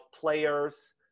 players